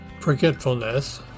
forgetfulness